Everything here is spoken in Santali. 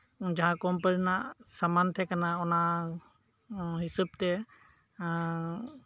ᱡᱟᱦᱟᱸ ᱠᱚᱢᱯᱟᱱᱤ ᱨᱮᱱᱟᱜ ᱥᱟᱢᱟᱱ ᱛᱟᱦᱮᱸ ᱠᱟᱱᱟ ᱚᱱᱟ ᱦᱤᱥᱟᱹᱵ ᱛᱮ